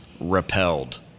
repelled